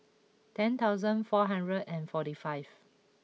ten thousand four hundred and forty five